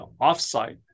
offsite